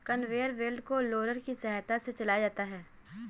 conveyor belt को roller की सहायता से चलाया जाता है